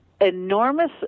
Enormous